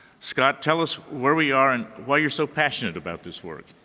scott, tell us where we are and why you're so passionate about this work.